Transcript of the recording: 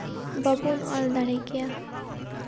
ᱵᱟᱵᱚᱱ ᱚᱞ ᱫᱟᱲᱮ ᱠᱮᱭᱟ